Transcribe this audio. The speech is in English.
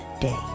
day